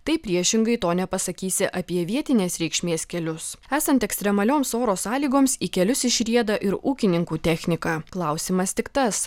tai priešingai to nepasakysi apie vietinės reikšmės kelius esant ekstremalioms oro sąlygoms į kelius išrieda ir ūkininkų technika klausimas tik tas